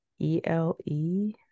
e-l-e